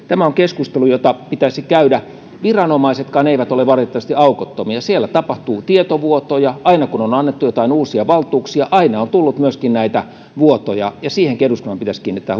tämä on keskustelu jota pitäisi käydä viranomaisetkaan eivät ole valitettavasti aukottomia siellä tapahtuu tietovuotoja aina kun on annettu jotain uusia valtuuksia on myöskin tullut vuotoja ja siihenkin eduskunnan pitäisi kiinnittää